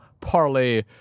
parlay